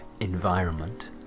environment